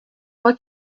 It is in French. moi